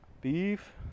beef